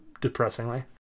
depressingly